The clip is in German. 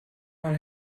mal